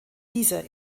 dieser